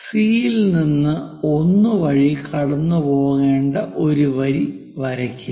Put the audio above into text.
C യിൽ നിന്ന് 1 വഴി കടന്നുപോകേണ്ട ഒരു വരി വരയ്ക്കുക